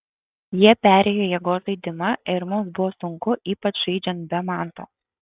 jie perėjo į jėgos žaidimą ir mums buvo sunku ypač žaidžiant be manto